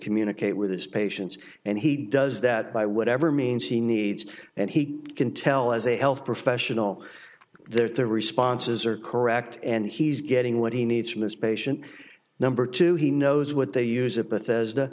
communicate with his patients and he does that by whatever means he needs and he can tell as a health professional their responses are correct and he's getting what he needs from this patient number two he knows what they use it but as the